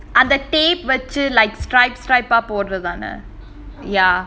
and the tape வச்சி:vachi like stripe stripe போடறது தானே:podrathu thanae ya